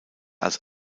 als